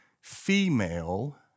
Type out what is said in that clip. female